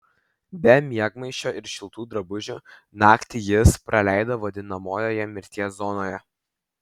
be miegmaišio ir šiltų drabužių naktį jis praleido vadinamojoje mirties zonoje